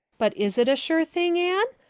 but is it a sure thing, anne?